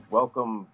welcome